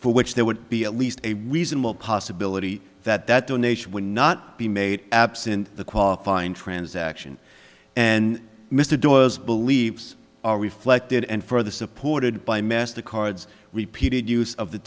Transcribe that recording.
for which there would be at least a reasonable possibility that that donation would not be made absent the qualifying transaction and mr dawes believes are reflected and further supported by master card's repeated use of the